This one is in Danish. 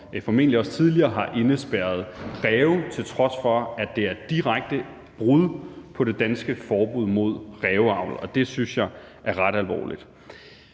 formentlig også tidligere har indespærret ræve, til trods for at det er et direkte brud på det danske forbud mod ræveavl, og det synes jeg er ret alvorligt.